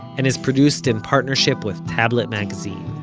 and is produced in partnership with tablet magazine.